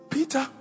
Peter